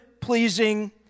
pleasing